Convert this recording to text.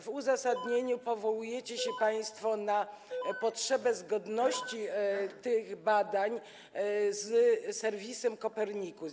W uzasadnieniu powołujecie się państwo na potrzebę zgodności tych badań z serwisem Copernicus.